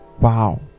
wow